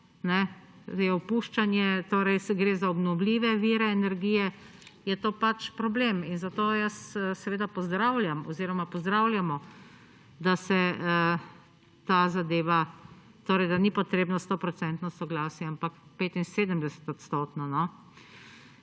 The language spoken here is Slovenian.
Sedaj opuščanje torej se gre za obnovljive vire energije je to pač problem in zato jaz seveda pozdravljam oziroma pozdravljamo, da se ta zadeva torej, da ni potrebno 100 % soglasje, ampak 75 %.